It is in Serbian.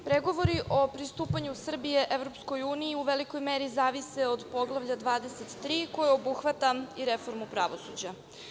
Pregovori o pristupanju Srbije EU u velikoj meri zavise od Poglavlja 23 koje obuhvata reformu pravosuđa.